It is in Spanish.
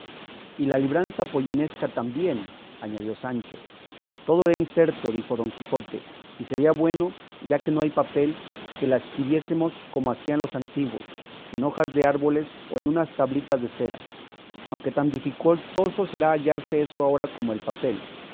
y la libranza pollinesca también añadió sancho todo irá inserto dijo don quijote y sería bueno ya que no hay papel que la escribiésemos como hacían los antiguos en hojas de árboles o en unas tablitas de cera aunque tan dificultoso será hallarse eso ahora como el papel